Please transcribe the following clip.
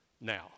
now